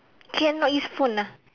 cannot use phone ah